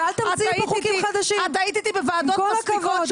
את היית איתי בוועדות אחרות.